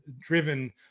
driven